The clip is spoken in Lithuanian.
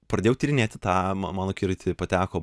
pradėjau tyrinėti tą į mano akiratį pateko